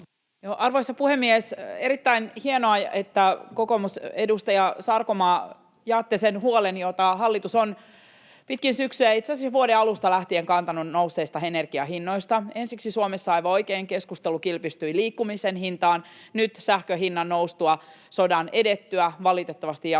Arvoisa puhemies! Erittäin hienoa, että kokoomus, edustaja Sarkomaa, jakaa sen huolen, jota hallitus on pitkin syksyä ja itse asiassa jo vuoden alusta lähtien kantanut nousseista energiahinnoista. Ensiksi Suomessa, aivan oikein, keskustelu kilpistyi liikkumisen hintaan, nyt sähkön hinnan noustua, sodan edettyä ja valitettavasti jatkuttua